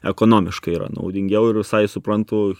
ekonomiškai yra naudingiau ir visai suprantu